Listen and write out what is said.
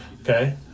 Okay